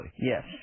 Yes